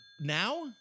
Now